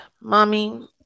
mommy